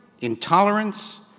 intolerance